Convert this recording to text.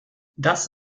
das